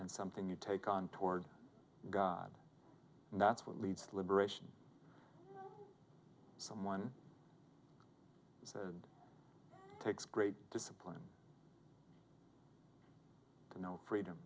and something you take on toward god and that's what leads to liberation someone says and takes great discipline to know freedom